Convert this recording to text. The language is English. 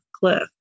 cliff